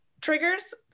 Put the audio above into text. triggers